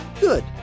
Good